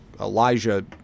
elijah